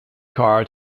car